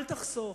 אל תחסוך.